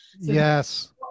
Yes